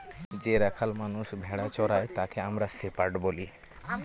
যে রাখাল মানষ ভেড়া চোরাই তাকে আমরা শেপার্ড বলি